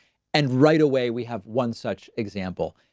and right away, we have one such example.